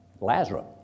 Lazarus